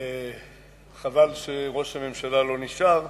חבל שראש הממשלה לא נשאר.